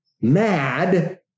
mad